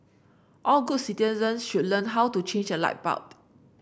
all good citizens should learn how to change a light bulb